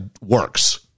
works